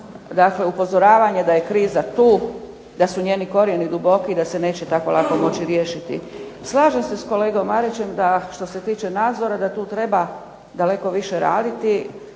dakle upozoravanje da je kriza tu, da su njeni korijeni duboki, da se neće tako lako moći riješiti. Slažem se s kolegom Marićem da što se tiče nadzora da tu treba daleko više raditi.